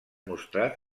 mostrat